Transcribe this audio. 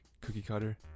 cookie-cutter